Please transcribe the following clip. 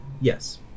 Yes